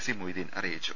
C Moideen അറിയിച്ചു